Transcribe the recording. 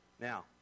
Now